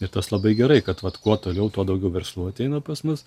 ir tas labai gerai kad vat kuo toliau tuo daugiau verslų ateina pas mus